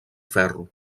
ferro